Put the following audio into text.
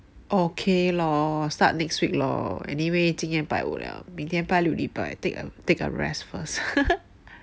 okay lor start next week lor anyway 今天拜五了明天拜六礼拜 take a take a rest first